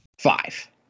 Five